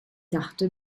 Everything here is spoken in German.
dachte